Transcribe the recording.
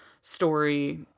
story